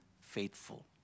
faithful